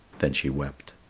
then she wept.